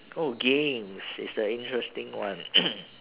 oh games it's the interesting one